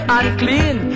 unclean